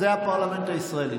זה הפרלמנט הישראלי.